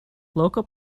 local